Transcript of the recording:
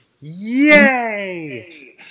Yay